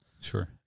Sure